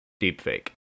deepfake